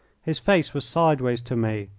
his face was sideways to me,